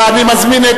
אני מזמין את